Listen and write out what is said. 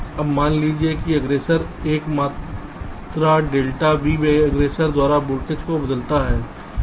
अब मान लीजिए कि अग्ग्रेसर एक मात्रा डेल्टा V aggressor द्वारा वोल्टेज को बदलता है